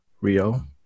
Rio